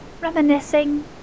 Reminiscing